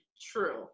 true